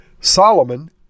Solomon